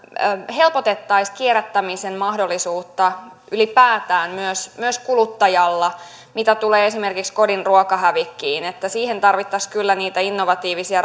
helpotettaisiin kierrättämisen mahdollisuutta ylipäätään myös myös kuluttajalla mitä tulee esimerkiksi kodin ruokahävikkiin siihen tarvittaisiin kyllä niitä innovatiivisia